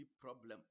problem